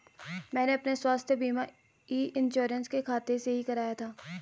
मैंने अपना स्वास्थ्य बीमा ई इन्श्योरेन्स के खाते से ही कराया था